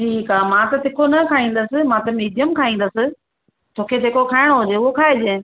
ठीकु आहे मां त तीखो न खायदसि मां त मीडियम खाइदसि तोखे जेको खाइणु हुजे खाइजांइ